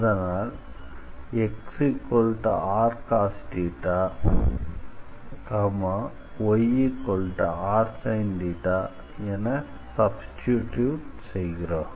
அதனால் xrcosθyrsinθஎன சப்ஸ்டிட்யூட் செய்கிறோம்